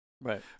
Right